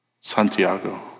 Santiago